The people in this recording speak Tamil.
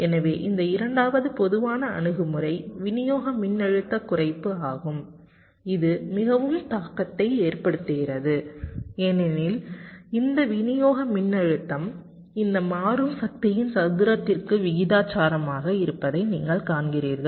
எனவே இந்த இரண்டாவது பொதுவான அணுகுமுறை விநியோக மின்னழுத்த குறைப்பு ஆகும் இது மிகவும் தாக்கத்தை ஏற்படுத்துகிறது ஏனென்றால் இந்த விநியோக மின்னழுத்தம் இந்த மாறும் சக்தியின் சதுரத்திற்கு விகிதாசாரமாக இருப்பதை நீங்கள் காண்கிறீர்கள்